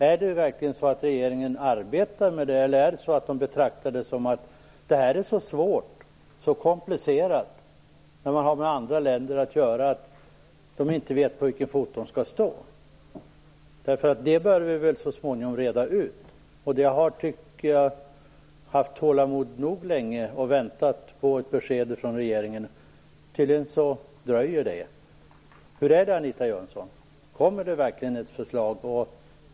Är det verkligen så att regeringen arbetar med det här, eller betraktar den det som så svårt och komplicerat, eftersom det har med andra länder att göra, att den inte vet vilken fot den skall stå på? Det bör vi väl så småningom reda ut. Jag tycker att vi har haft tålamod länge nog, och att vi har väntat länge nog på ett besked från regeringen, men tydligen dröjer det ytterligare. Hur är det, Anita Jönsson: Kommer det verkligen ett förslag?